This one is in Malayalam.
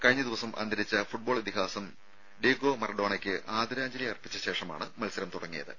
കഴിഞ്ഞ ദിവസം അന്തരിച്ച ഫുട്ബോൾ ഇതിഹാസം ഡീഡോ മറഡോണയ്ക്ക് ആദരാഞ്ജലി അർപ്പിച്ചതിന് ശേഷമാണ് മത്സരം തുടങ്ങിയത്